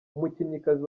umukinnyikazi